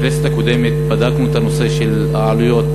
בכנסת הקודמת בדקנו את נושא העלויות